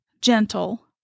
gentle